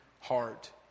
heart